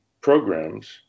programs